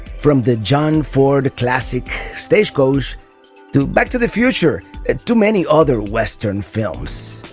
from the john ford classic stagecoach to back to the future and too many other western films.